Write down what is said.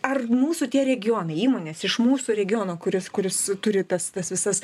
ar mūsų tie regionai įmonės iš mūsų regiono kuris kuris turi tas tas visas